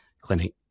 clinic